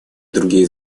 другие